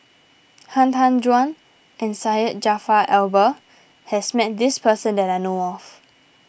Han Tan Juan and Syed Jaafar Albar has met this person that I know of